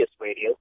Radio